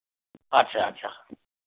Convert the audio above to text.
अच्छा अच्छा